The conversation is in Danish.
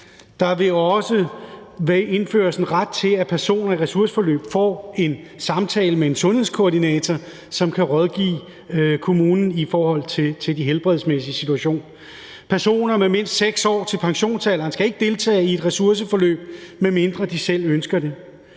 der vil også blive indført en ret til, at personer i ressourceforløb får en samtale med en sundhedskoordinator, som kan rådgive kommunen i forhold til den helbredsmæssige situation. Personer med mindre end 6 år til pensionsalderen skal ikke deltage i et ressourceforløb, medmindre de selv ønsker det.